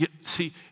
See